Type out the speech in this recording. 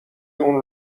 اون